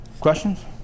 Questions